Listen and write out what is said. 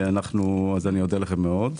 אודה לכם מאוד.